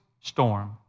storm